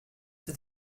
for